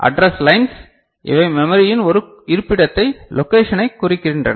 address lines இவை மெமரியின் ஒரு இருப்பிடத்தை லொகேஷனை குறிக்கின்றன